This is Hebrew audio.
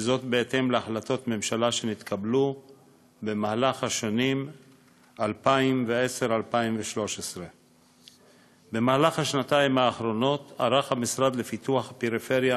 בהתאם להחלטות הממשלה שנתקבלו בשנים 2010 2013. בשנתיים האחרונות ערך המשרד לפיתוח הפריפריה,